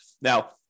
Now